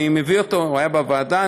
הוא היה בוועדה,